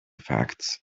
facts